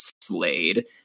Slade